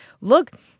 look